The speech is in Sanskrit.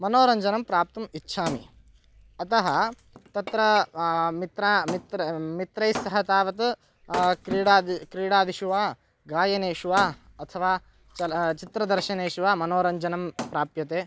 मनोरञ्जनं प्राप्तुम् इच्छामि अतः तत्र मित्रैः मित्रैः मित्रैः सह तावत् क्रीडादिषु क्रीडादिषु वा गायनेषु वा अथवा चलच्चित्रदर्शनेषु वा मनोरञ्जनं प्राप्यते